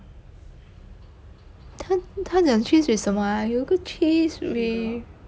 他他讲 cheese with 什么啊有个 cheese with